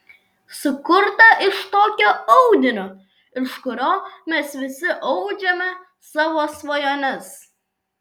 sukurta iš tokio audinio iš kurio mes visi audžiame savo svajones